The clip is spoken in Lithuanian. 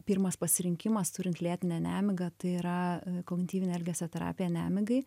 pirmas pasirinkimas turint lėtinę nemigą tai yra kognityvinė elgesio terapija nemigai